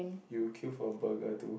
you queue for burger to